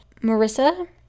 Marissa